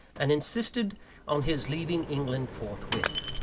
and insisted on his leaving england forthwith.